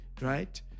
right